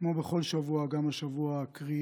כמו בכל שבוע גם השבוע אקריא